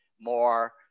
More